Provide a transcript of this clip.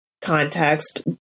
context